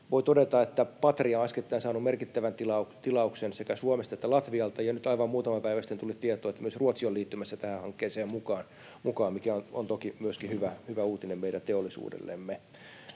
Voi todeta, että Patria on äskettäin saanut merkittävän tilauksen sekä Suomesta että Latviasta, ja nyt aivan muutama päivä sitten tuli tieto, että myös Ruotsi on liittymässä tähän hankkeeseen mukaan, mikä on toki myöskin hyvä uutinen meidän teollisuudellemme.